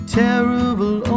terrible